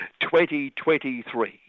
2023